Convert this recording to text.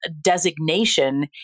designation